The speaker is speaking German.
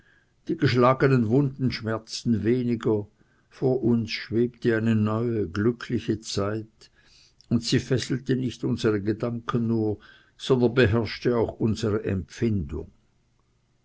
die geschlagenen wunden schmerzten weniger vor uns schwebte eine neue glückliche zeit sie fesselte nicht unsere gedanken nur sondern beherrschte auch unsere empfindung